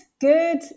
good